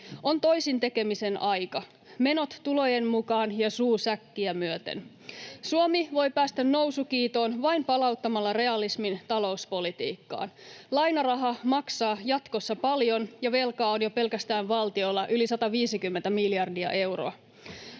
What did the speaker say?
On toisin tekemisen aika — menot tulojen mukaan ja suu säkkiä myöten. [Anne Kalmarin välihuuto] Suomi voi päästä nousukiitoon vain palauttamalla realismin talouspolitiikkaan. Lainaraha maksaa jatkossa paljon, ja velkaa on jo pelkästään valtiolla yli 150 miljardia euroa.